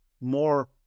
more